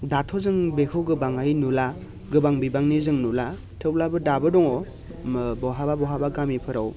दाथ' जों बेखौ गोबांहाय नुला गोबां बिबांनि जों नुला थेवब्लाबो दाबो दङ ओ बहाबा बहाबा गामिफोराव